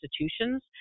institutions